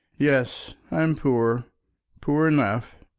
yes, i am poor poor enough.